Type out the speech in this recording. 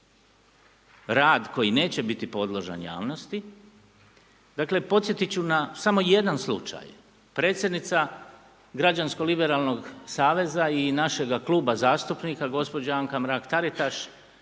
rad koji neće biti podložan javnosti. Dakle, podsjetiti ću samo na samo jedan slučaj. predsjednica Građansko liberalnog saveza i našega kluba zastupnica gđa. Anka Mrak Taritaš